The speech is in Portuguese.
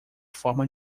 forma